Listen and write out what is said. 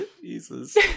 Jesus